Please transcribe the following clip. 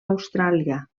austràlia